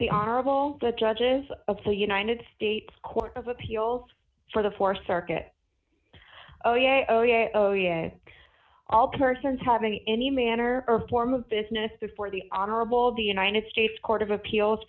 the honorable the judges of the united states court of appeals for the forced circuit oh yea oh yeah oh yeah all persons having any manner or form of business before the honorable the united states court of appeals